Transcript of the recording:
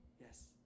Yes